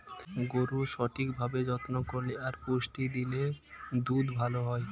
গরুর সঠিক ভাবে যত্ন করলে আর পুষ্টি দিলে দুধ ভালো হয়